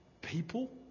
people